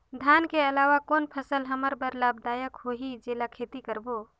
धान के अलावा कौन फसल हमर बर लाभदायक होही जेला खेती करबो?